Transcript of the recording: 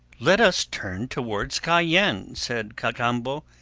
let us turn towards cayenne, said cacambo,